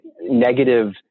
negative